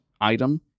item